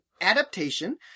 adaptation